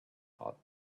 ought